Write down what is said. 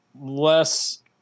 less